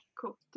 cool